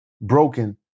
broken